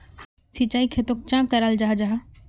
सिंचाई खेतोक चाँ कराल जाहा जाहा?